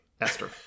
esther